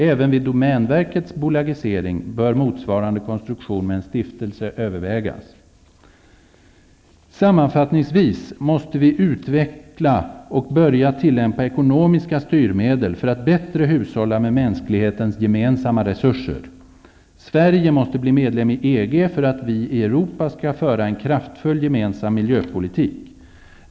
Även vid Domänverkets bolagisering bör motsvarande konstruktion med en stiftelse övervägas. Sammanfattningsvis måste vi utveckla och börja tillämpa ekonomiska styrmedel för att bättre hushålla med mänsklighetens gemensamma resurser. Sverige måste bli medlem i EG för att vi i Europa skall föra en kraftfull gemensam miljöpolitik.